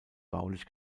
baulich